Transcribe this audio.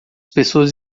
pessoas